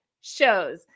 shows